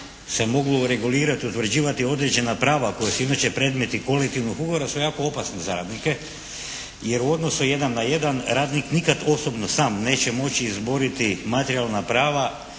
se moglo regulirati i utvrđivati određena prava koja su inače predmeti kolektivnog ugovora su jako opasna za radnike jer u odnosu jedan na jedan radnik nikad osobno sam neće moći izboriti materijalna prava